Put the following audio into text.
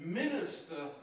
minister